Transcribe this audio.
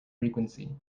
frequency